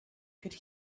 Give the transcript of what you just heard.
could